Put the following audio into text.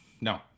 No